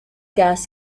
gas